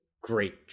great